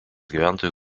gyventojų